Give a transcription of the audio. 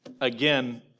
Again